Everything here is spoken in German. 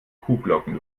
kuhglocken